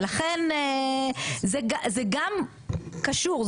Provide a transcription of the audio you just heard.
ולכן זה גם קשור,